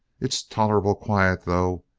it's tolerable quiet, though.